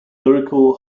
lyrical